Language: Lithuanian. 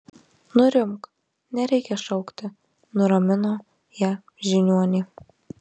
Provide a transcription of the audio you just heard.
nurimk nereikia šaukti nuramino ją žiniuonė